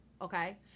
Okay